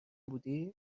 بودی